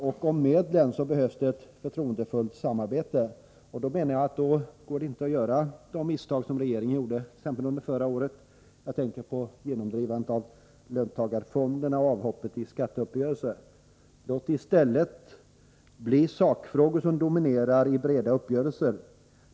När det gäller medlen behövs det ett förtroendefullt samarbete. Om man vill skapa ett sådant går det enligt min mening inte att göra sådana misstag som regeringen gjorde under förra året — jag tänker på genomdrivandet av löntagarfonderna och avhoppet från skatteuppgörelsen. Låt i stället sakfrågorna dominera i breda uppgörelser!